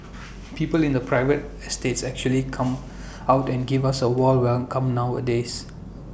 people in private estates actually come out and give us A warm welcome nowadays